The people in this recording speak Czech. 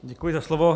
Děkuji za slovo.